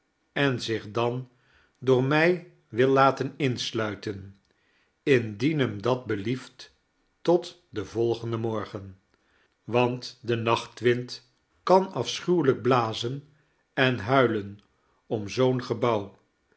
en zieh dan door mij wil laten insluiten indien hem dat belieft tot den volgenden morgen want de nachtwind kan afsohuwelijk blazen en huilen om zoo'n gebouw